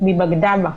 מבגדה בה.